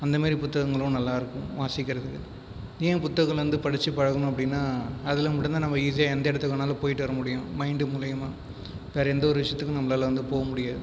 அந்த மாதிரி புத்தகங்களும் நல்லா இருக்கும் வாசிக்கிறதுக்கு ஏன் புத்தகளை வந்து படித்து பழகணும் அப்படினால் அதில் மட்டும்தான் நம்ம ஈஸியாக எந்த இடத்துக்கு வேணாலும் போய்விட்டு வர முடியும் மைண்டு மூலிமா வேறு எந்த ஒரு விஷயத்துக்கும் நம்மளால வந்து போக முடியாது